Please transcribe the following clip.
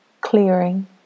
clearing